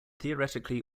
theoretically